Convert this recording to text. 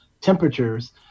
temperatures